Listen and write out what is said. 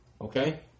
Okay